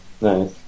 Nice